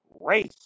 race